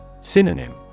Synonym